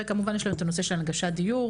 וכמובן יש להם את הנושא של הנגשת דיור,